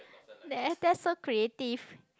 the actor so creative